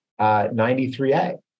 93A